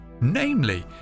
namely